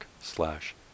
slash